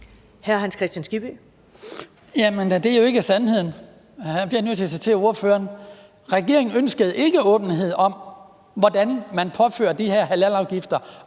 citere ordføreren: Regeringen ønskede ikke åbenhed om, hvordan man påfører de her halalafgifter